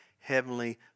heavenly